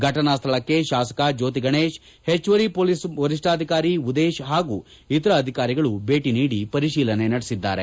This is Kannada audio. ಫಟನಾ ಸ್ಥಳಕ್ಕೆ ಶಾಸಕ ಜ್ಯೋತಿಗಣೇಶ್ ಹೆಚ್ಚುವರಿ ಪೊಲೀಸ್ ವರಿಷ್ಠಾಧಿಕಾರಿ ಉದೇಶ್ ಹಾಗೂ ಇತರ ಅಧಿಕಾರಿಗಳು ಭೇಟ ನೀಡಿ ಪರಿಶೀಲನೆ ನಡೆಸಿದ್ದಾರೆ